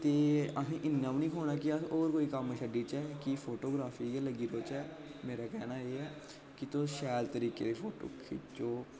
ते आहें इ'न्ना बी निं खोना कि अस होर कोई कम्म छड्डी चै कि फोटोग्रॉफी च गै लग्गी पोचै मेरा कहना एह् ऐ कि तुस शैल तरीके दे फोटो खिच्चो